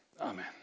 amen